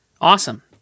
Awesome